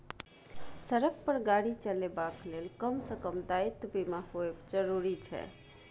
सड़क पर गाड़ी चलेबाक लेल कम सँ कम दायित्व बीमा होएब जरुरी छै